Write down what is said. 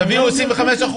תביאו 25%,